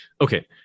Okay